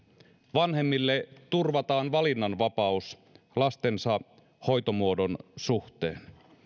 vanhemmille turvataan valinnanvapaus lastensa hoitomuodon suhteen